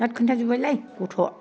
बिराद खिन्थाजोबबायलै गथ'